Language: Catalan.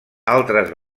altres